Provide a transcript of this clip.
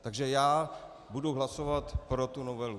Takže já budu hlasovat pro tu novelu.